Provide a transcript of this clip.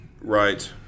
Right